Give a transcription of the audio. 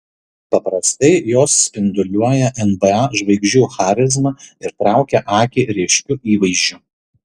paprastai jos spinduliuoja nba žvaigždžių charizma ir traukia akį ryškiu įvaizdžiu